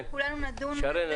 כולנו נדון בזה,